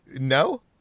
No